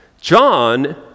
John